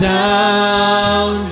down